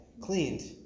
cleaned